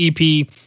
EP